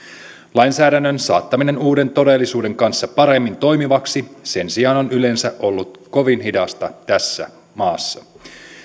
lainsäädännön saattaminen uuden todellisuuden kanssa paremmin toimivaksi on sen sijaan yleensä ollut kovin hidasta tässä maassa